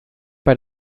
bei